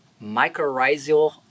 mycorrhizal